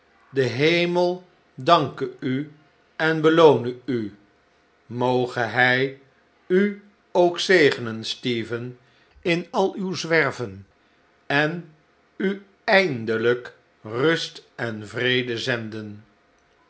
de hemel danke u en beloone u moge hij u ook zegenen stephen in al uw zwerven en u eindelijk rust en vrede zenden